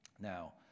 Now